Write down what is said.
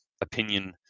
opinion